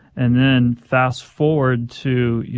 and then fast forward to, you